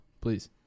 please